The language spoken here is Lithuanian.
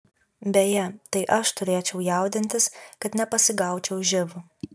beje tai aš turėčiau jaudintis kad nepasigaučiau živ